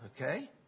Okay